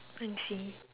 um same